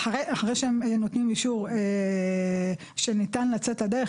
אחרי שהם נותנים אישור שניתן לצאת לדרך,